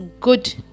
good